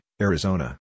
Arizona